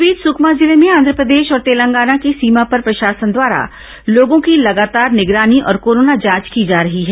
इस बीच सुकमा जिले में आंधप्रदेश और तेलंगाना की सीमा पर प्रशासन द्वारा लोगों की लगातार निगरानी और कोरोना जांच की जा रही है